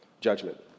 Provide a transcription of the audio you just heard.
judgment